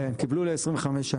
כן, הם קיבלו ל-25 שנה,